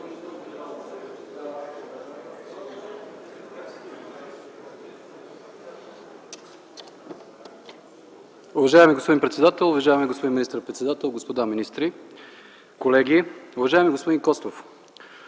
Уважаеми господин председател, уважаеми господин министър-председател, господа министри, колеги! Уважаеми господин Костов,